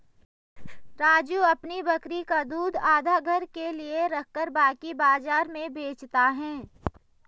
राजू अपनी बकरी का दूध आधा घर के लिए रखकर बाकी बाजार में बेचता हैं